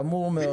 חמור מאוד.